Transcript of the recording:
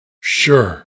sure